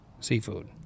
seafood